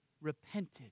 repented